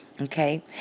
Okay